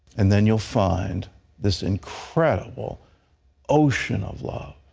and then you'll find this incredible ocean of love